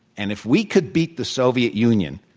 and if we could beat the soviet union,